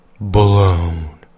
blown